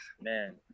man